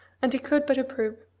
and he could but approve.